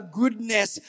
goodness